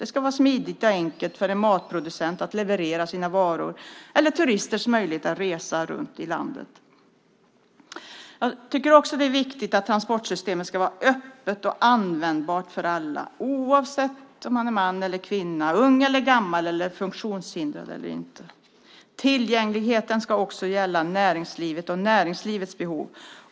Det ska vara smidigt och enkelt för en matproducent att leverera sina varor. Det handlar också om turisters möjlighet att resa runt i landet. Jag tycker att det är viktigt att transportsystemet ska vara öppet och användbart för alla, oavsett om man är man eller kvinna, ung eller gammal, funktionshindrad eller inte. Tillgängligheten ska också gälla näringslivet och näringslivets behov.